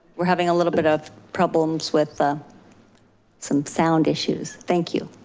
we're having a little bit of problems with ah some sound issues. thank you.